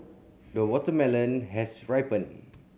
the watermelon has ripened